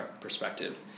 perspective